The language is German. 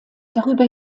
darüber